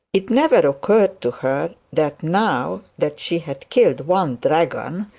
it never occurred to her, that now that she had killed one dragon,